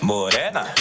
Morena